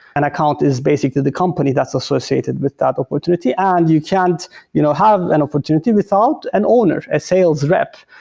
an account is basically the company that's associated with that opportunity and you can't you know have an opportunity without an owner, a sales rep,